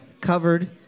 covered